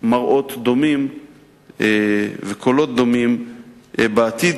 מראות דומים וקולות דומים בעתיד,